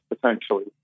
potentially